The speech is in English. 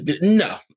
No